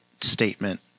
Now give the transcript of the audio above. statement